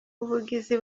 ubugizi